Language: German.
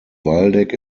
waldeck